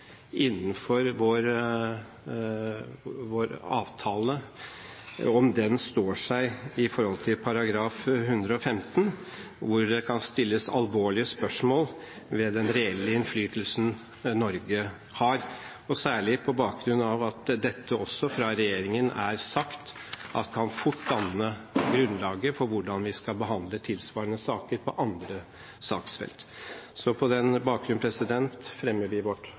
innenfor vår avtale, står seg i forhold til § 115, hvor det kan stilles alvorlige spørsmål ved den reelle innflytelsen Norge har, og særlig på bakgrunn av at det også av regjeringen er sagt at dette fort kan danne grunnlaget for hvordan vi skal behandle tilsvarende saker på andre saksfelt. På den bakgrunn fremmer jeg vårt